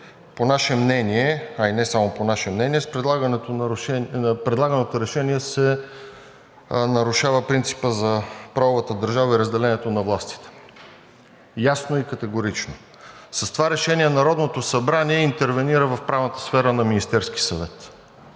по наше мнение, а и не само по наше мнение, с предлаганото решение се нарушава принципът за правовата държава и разделението на властите – ясно и категорично. С това решение Народното събрание интервенира в правилната сфера на Министерския съвет.